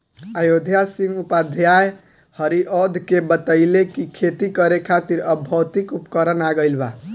अयोध्या सिंह उपाध्याय हरिऔध के बतइले कि खेती करे खातिर अब भौतिक उपकरण आ गइल बा